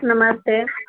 नमस्ते